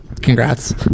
Congrats